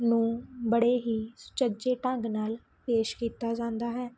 ਨੂੰ ਬੜੇ ਹੀ ਸੁਚੱਜੇ ਢੰਗ ਨਾਲ ਪੇਸ਼ ਕੀਤਾ ਜਾਂਦਾ ਹੈ